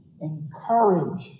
encourage